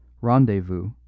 rendezvous